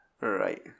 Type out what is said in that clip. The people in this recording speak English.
Right